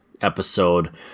episode